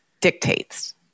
dictates